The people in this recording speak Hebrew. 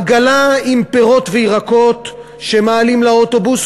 עגלה עם פירות וירקות שמעלים לאוטובוס,